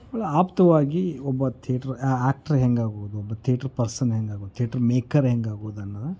ಆಪ್ತವಾಗಿ ಒಬ್ಬ theatre actor ಹೇಗಾಗ್ಬೋದು ಒಬ್ಬ ಥೇಟ್ರು ಪರ್ಸನ್ ಹೆಂಗಾಬೇಕ್ ಥೇಟ್ರು ಮೇಕರ್ ಹೆಂಗಾಗ್ಬೋದು ಅನ್ನೋದನ್ನ